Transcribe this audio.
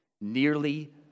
nearly